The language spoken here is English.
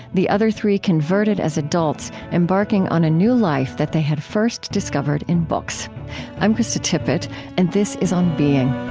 the other three converted as adults, embarking on a new life that they had first discovered in books i'm krista tippett and this is on being